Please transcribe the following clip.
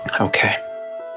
Okay